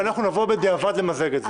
ואנחנו בדיעבד נמזג את זה.